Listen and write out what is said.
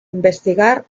investigar